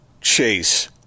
chase